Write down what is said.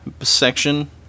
section